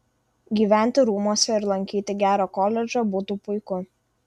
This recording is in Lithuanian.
gyventi rūmuose ir lankyti gerą koledžą būtų puiku